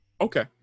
Okay